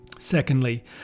secondly